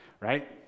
right